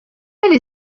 elle